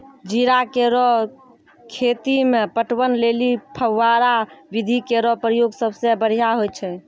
जीरा केरो खेती म पटवन लेलि फव्वारा विधि केरो प्रयोग सबसें बढ़ियां होय छै